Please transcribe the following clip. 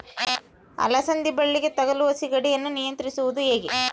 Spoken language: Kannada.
ಅಲಸಂದಿ ಬಳ್ಳಿಗೆ ತಗುಲುವ ಸೇಗಡಿ ಯನ್ನು ನಿಯಂತ್ರಿಸುವುದು ಹೇಗೆ?